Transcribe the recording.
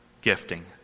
gifting